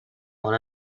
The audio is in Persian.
حالا